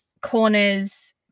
corners